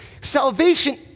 Salvation